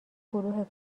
گروه